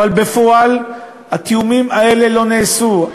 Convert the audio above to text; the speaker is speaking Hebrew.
אבל בפועל התיאומים האלה לא נעשו.